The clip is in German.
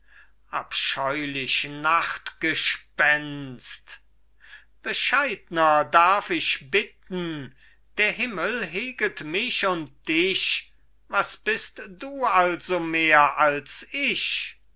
abscheulich nachtgespenst bescheidner darf ich bitten der himmel heget mich und dich was bist du also mehr als ich